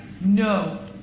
no